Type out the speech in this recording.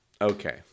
Okay